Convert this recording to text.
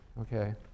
Okay